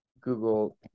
Google